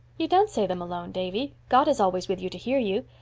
you don't say them alone, davy. god is always with you to hear you.